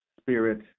spirit